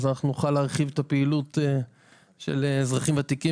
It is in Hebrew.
נוכל להרחיב את הפעילות של אזרחים ותיקים